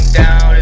down